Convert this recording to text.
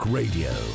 radio